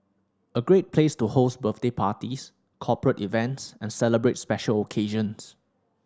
a great place to host birthday parties corporate events and celebrate special occasions